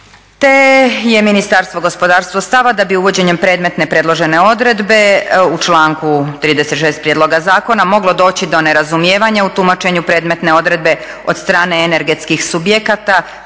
Te je Ministarstvo gospodarstva da bi uvođenjem predmetne predložene odredbe u članku 36. prijedloga zakona moglo doći do nerazumijevanja u tumačenju predmetne odredbe od strane energetskih subjekata